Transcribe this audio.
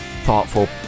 thoughtful